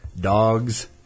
dogs